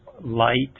light